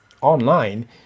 online